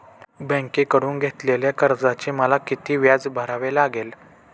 बँकेकडून घेतलेल्या कर्जाचे मला किती व्याज भरावे लागेल?